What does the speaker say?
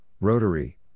rotary